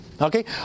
okay